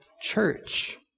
Church